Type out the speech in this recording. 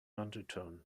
undertone